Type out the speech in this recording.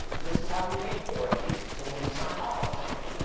this is how we pay for it and so when we sign off on something,